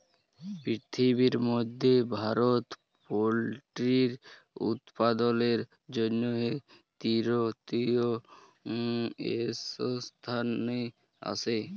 পিরথিবির ম্যধে ভারত পোলটিরি উৎপাদনের জ্যনহে তীরতীয় ইসথানে আসে